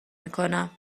میکنم